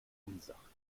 unsachlich